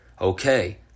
Okay